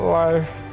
life